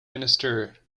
minister